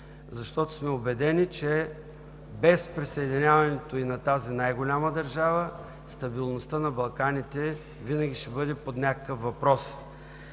защото сме убедени, че без присъединяването и на тази най-голяма държава стабилността на Балканите винаги ще бъде под някакъв въпрос.